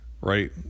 right